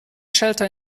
shelter